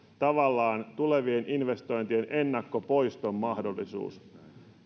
tavallaan tulevien investointien ennakkopoiston mahdollisuus